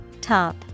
top